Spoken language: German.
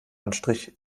anstrich